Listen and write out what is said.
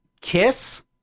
kiss